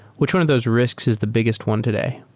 which one of those risks is the biggest one today?